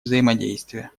взаимодействие